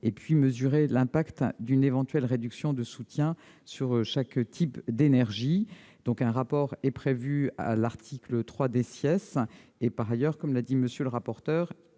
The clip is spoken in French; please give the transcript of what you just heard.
et de mesurer l'impact d'une éventuelle réduction de ce soutien sur chaque type d'énergie. Un rapport est prévu à l'article 3 . Par ailleurs, comme l'a souligné M. le rapporteur,